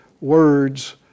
words